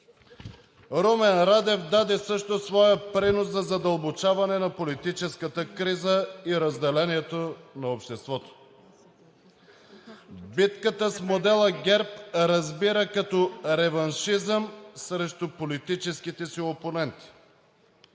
Румен Радев също даде своя принос за задълбочаване на политическата криза и разделението на обществото. Битката с модела ГЕРБ разбира като реваншизъм срещу политическите си опоненти.